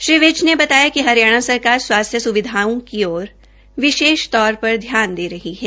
श्री विज ने बताया कि हरियाणा सरकार स्वास्थ्य स्विधाओं की ओर विशेष तौर पर ध्यान दे रही है